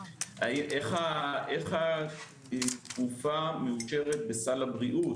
איך התרופה מאושרת בסל הבריאות.